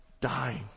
dying